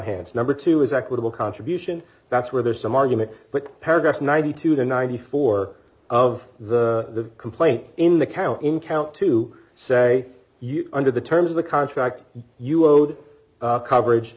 hands number two is equitable contribution that's where there's some argument but paragraph ninety two to ninety four of the complaint in the count in count two say under the terms of the contract you owed coverage